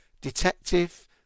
detective